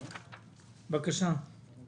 תקנות מס הכנסה (ניכוי